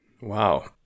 Wow